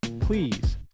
please